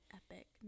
epic